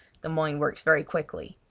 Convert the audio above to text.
the mind works very quickly,